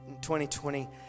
2020